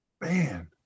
Man